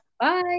Bye